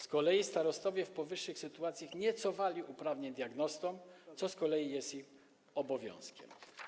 Z kolei starostowie w powyższych sytuacjach nie cofali uprawnień diagnostom, co jest ich obowiązkiem.